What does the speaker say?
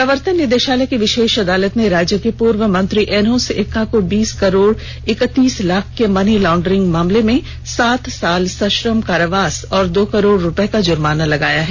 प्रवर्तन निदेषालय की विषेष अदालत ने राज्य के पूर्व मंत्री एनोस एक्का को बीस करोड़ इकतीस लाख के मनी लाउडरिंग मामले में सात साल सश्रम कारावास और दो करोड़ रुपए का जुर्माना लगाया है